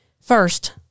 first